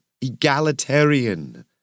egalitarian